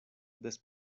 des